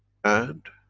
and